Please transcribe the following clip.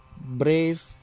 Brave